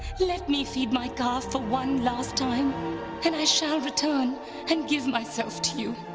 let me feed my calf for one last time and i shall return and give myself to you.